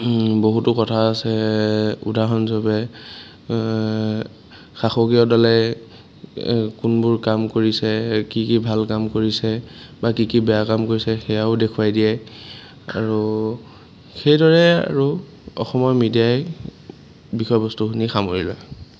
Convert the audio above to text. বহুতো কথা আছে উদাহৰণস্বৰূপে শাসকীয় দলে কোনবোৰ কাম কৰিছে কি কি ভাল কাম কৰিছে বা কি কি বেয়া কাম কৰিছে সেয়াও দেখুৱাই দিয়ে আৰু সেইদৰে আৰু অসমৰ মিডিয়াই বিষয়বস্তুখিনি সামৰি লয়